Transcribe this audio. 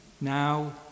now